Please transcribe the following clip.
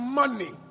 money